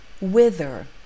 Wither